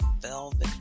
velvet